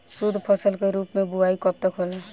शुद्धफसल के रूप में बुआई कब तक होला?